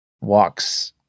walks